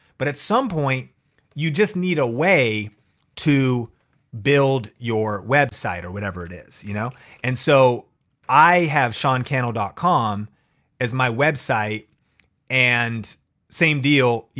but at some point you just need a way to build your website or whatever it is. you know and so i have seancannell dot com as my website and same deal,